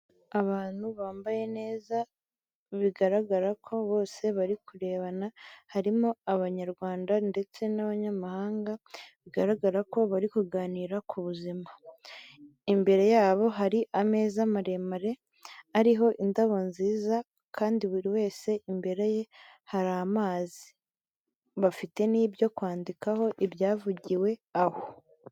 Abantu bambaye neza bigaragara ko bose bari kurebana harimo abanyarwanda ndetse n'abanyamahanga bigaragara ko bari kuganira ku buzima. Imbere yabo hari ameza maremare ariho indabo nziza kandi buri wese imbere ye hari amazi. Bafite n'ibyo kwandikaho ibyavugiwe aho.